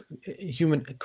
human